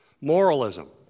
Moralism